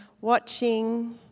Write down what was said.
watching